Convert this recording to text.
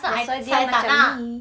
tu pasal dia macam ni